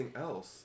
else